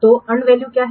तो earned value क्या है